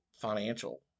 financial